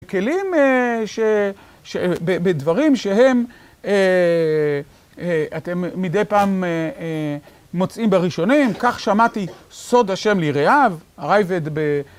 כלים ש... בדברים שהם, אתם מדי פעם מוצאים בראשונים. כך שמעתי סוד השם ליראיו, הרייבד ב...